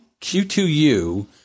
Q2U